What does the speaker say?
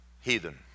heathen